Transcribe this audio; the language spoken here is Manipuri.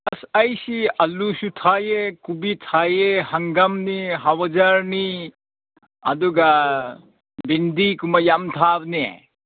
ꯑꯁ ꯑꯩꯁꯤ ꯑꯥꯜꯂꯨꯁꯨ ꯊꯥꯏꯌꯦ ꯀꯣꯕꯤ ꯊꯥꯏꯌꯦ ꯍꯪꯒꯥꯝꯅꯦ ꯍꯋꯥꯏꯖꯥꯔꯅꯤ ꯑꯗꯨꯒ ꯕꯤꯟꯗꯤꯒꯨꯝꯕ ꯌꯥꯝ ꯊꯥꯕꯅꯦ